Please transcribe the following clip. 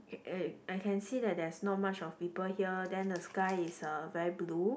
okay I can see that there's not much of people here then the sky is uh very blue